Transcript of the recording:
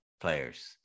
players